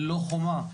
ללא חומה,